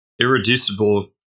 irreducible